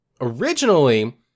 originally